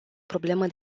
problemă